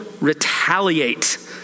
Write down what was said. retaliate